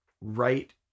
right